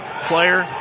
player